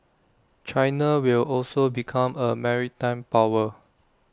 China will also become A maritime power